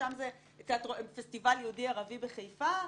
שם זה פסטיבל יהודי-ערבי בחיפה.